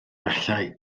gallai